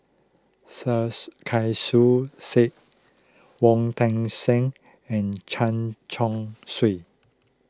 Sarkasi Said Wong Tuang Seng and Chen Chong Swee